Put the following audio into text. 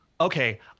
okay